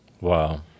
Wow